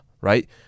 right